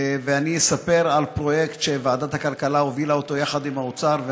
ואספר על פרויקט שוועדת הכלכלה הובילה יחד עם האוצר,